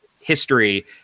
history